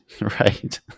Right